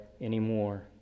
anymore